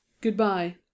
Goodbye